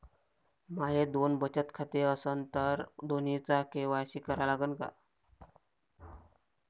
माये दोन बचत खाते असन तर दोन्हीचा के.वाय.सी करा लागन का?